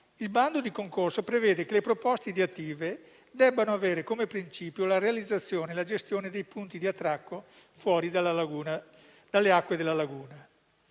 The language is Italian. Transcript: Il bando di concorso prevede che le proposte ideative debbano avere come principio la realizzazione e la gestione dei punti di attracco fuori dalle acque della laguna.